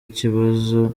ikibazo